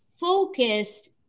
focused